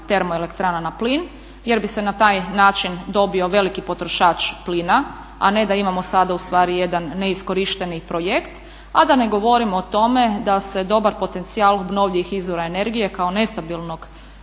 termoelektranu na plin jer bi se na taj način dobio veliki potrošač plina, a ne da imamo sada u stvari jedan neiskorišteni projekt, a da ne govorimo o tome da se dobar potencijal obnovljivih izvora energije kao nestabilnog